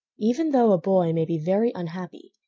even though a boy may be very unhappy,